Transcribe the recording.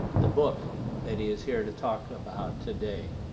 the book that he is here to talk about today.